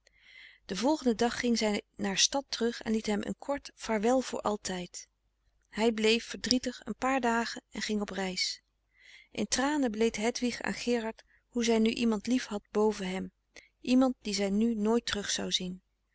den volgenden dag ging zij naar stad terug en liet hem een kort vaarwel voor altijd hij bleef verdrietig een paar dagen en ging op reis in tranen beleed hedwig aan gerard hoe zij nu iemand liefhad boven hem iemand dien zij nu nooit terug zou zien